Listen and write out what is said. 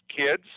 kids